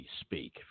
speak